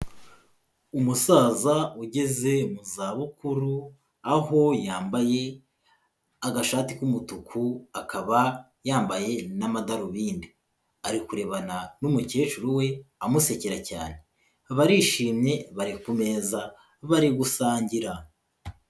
Umusaza ugeze mu zabukuru, aho yambaye agashati k'umutuku akaba yambaye n'amadarubindi, ari kurebana n'umukecuru we amusekera cyane, barishimye bari ku meza bari gusangira.